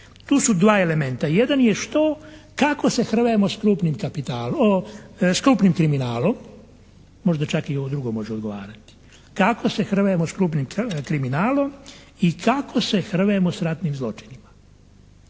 Tu su dva elementa. Jedan je što, kako se hrvujemo s krupnim kapitalom, s krupnim kriminalom, možda čak i ovo drugo može odgovarati. Kako se hrvujemo s krupnim kriminalom i kako se hrvujemo s ratnim zločinima.